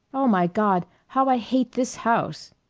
oh, my god, how i hate this house!